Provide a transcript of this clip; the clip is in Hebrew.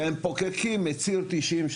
שהם פוקקים את ציר 90,